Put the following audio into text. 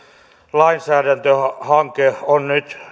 lainsäädäntöhanke on nyt